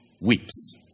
weeps